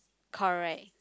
correct